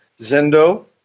Zendo